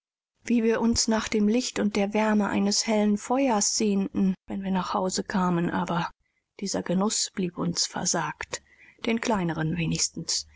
wie wir uns nach dem licht und der wärme eines hellen feuers sehnten wenn wir nach hause kamen aber dieser genuß blieb uns versagt den kleineren wenigstens